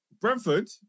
Brentford